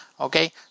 Okay